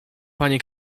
panie